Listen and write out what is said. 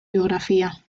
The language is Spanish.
biografía